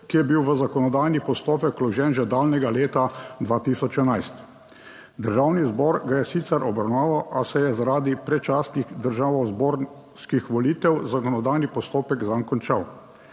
ki je bil v zakonodajni postopek vložen že daljnega leta 2011. Državni zbor ga je sicer obravnaval, a se je zaradi predčasnih državnozborskih volitev zakonodajni postopek zanj končal.